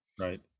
Right